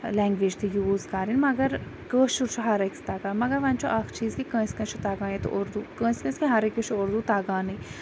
language تہِ use کَرٕنۍ مگر کٲشُر چھُ ہر أکِس تَگان مگر وۄنۍ چھُ اکھ چیٖز کہِ کٲنٛسہِ کٲنٛسہِ چھُ تَگان ییٚتہِ اُردو کٲنٛسہِ کٲنٛسہِ کیاہ ہر أکِس چھُ اُردو تَگانٕے